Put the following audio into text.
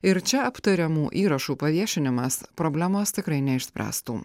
ir čia aptariamų įrašų paviešinimas problemos tikrai neišspręstų